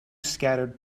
scattered